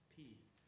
peace